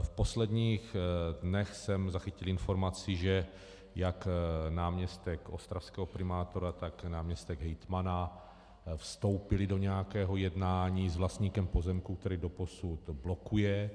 V posledních dnech jsem zachytil informaci, že jak náměstek ostravského primátora, tak náměstek hejtmana vstoupili do nějakého jednání s vlastníkem pozemku, který doposud blokuje.